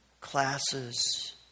classes